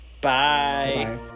Bye